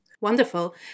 Wonderful